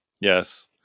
Yes